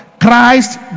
christ